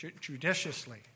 judiciously